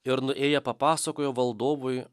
ir nuėję papasakojo valdovui